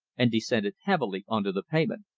and descended heavily on to the pavement.